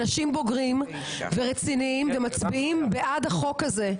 אנשים בוגרים ורציניים ומצביעים בעד החוק הזה,